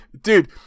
Dude